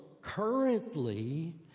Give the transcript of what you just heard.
currently